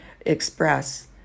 express